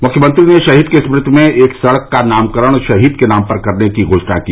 मुख्यमंत्री ने शहीद की स्मृति में एक सड़क का नामकरण शहीद के नाम पर करने की भी घोषणा की